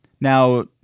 Now